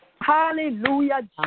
Hallelujah